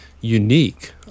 unique